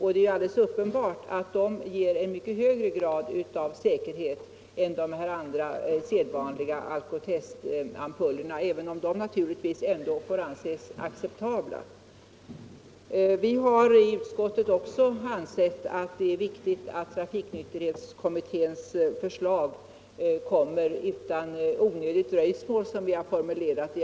Det är uppenbart att den ger en mycket högre grad av säkerhet än de sedvanliga Alcotestampullerna, även om dessa ändock får anses acceptabla. Vi har i utskottet ansett att det är viktigt att trafiknykterhetskommitténs förslag framläggs, som vi har formulerat det, utan onödigt dröjsmål.